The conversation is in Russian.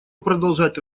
продолжать